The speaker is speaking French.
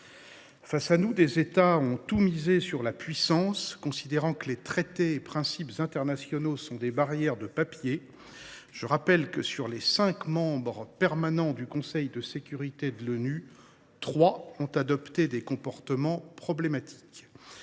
Face à nous, des États ont tout misé sur la puissance, considérant que les traités et principes internationaux sont des barrières de papier. Je le rappelle, trois des cinq membres permanents du Conseil de sécurité de l’ONU ont adopté des comportements problématiques.